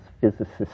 physicists